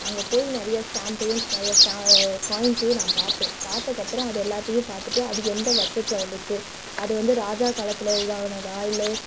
அங்கே போய் நிறையா ஸ்டாம்ப்பையும் நிறையா ஸ்டா காயின்ஸையும் நான் பார்ப்பேன் பார்த்தக்கப்றம் அது எல்லாத்தையும் பார்த்துட்டு அது எந்த வருஷத்தில் வந்துச்சு அது வந்து ராஜா காலத்தில் இதாக ஆனதாக இல்லை